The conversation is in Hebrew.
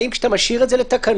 האם כשאתה משאיר את זה לתקנות,